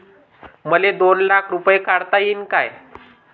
मले दोन लाख रूपे काढता येईन काय?